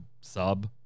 sub